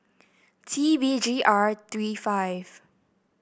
T B G R three five